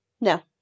No